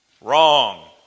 Wrong